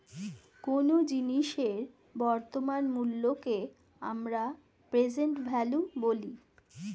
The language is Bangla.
কোনো জিনিসের বর্তমান মূল্যকে আমরা প্রেসেন্ট ভ্যালু বলি